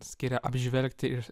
skiria apžvelgti ir